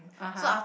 (uh huh)